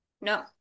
No